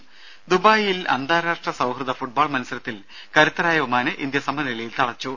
രംഭ ദുബായിൽ അന്താരാഷ്ട്ര സൌഹൃദ ഫുട്ബോൾ മത്സരത്തിൽ കരുത്തരായ ഒമാനെ ഇന്ത്യ സമനിലയിൽ തളച്ചു